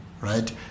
right